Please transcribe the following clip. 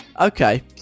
Okay